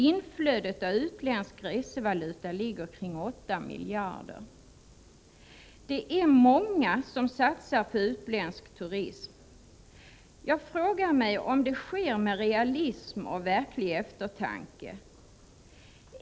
Inflödet av utländsk resevaluta ligger kring 8 miljarder kronor. Många satsar på utländsk turism. Jag frågar mig om det sker med realism och verklig eftertanke.